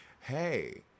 hey